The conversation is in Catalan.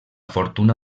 fortuna